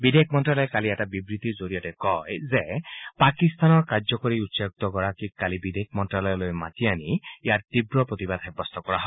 বিদেশ মন্তালয়ে কালি এটা বিবৃতিৰ জৰিয়তে কয় যে পাকিস্তানৰ কাৰ্যকৰী উচ্চায়ুক্তগৰাকীক বিদেশ মন্তালয়লৈ মাতি আনি ইয়াৰ তীৱ প্ৰতিবাদ সাব্যস্ত কৰা হয়